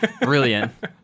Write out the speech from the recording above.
brilliant